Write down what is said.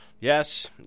yes